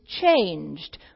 changed